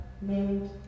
named